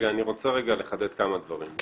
אני רוצה לחדד כמה דברים,